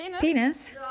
Penis